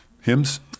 hymns